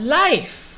life